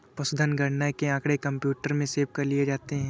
पशुधन गणना के आँकड़े कंप्यूटर में सेव कर लिए जाते हैं